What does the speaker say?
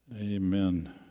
Amen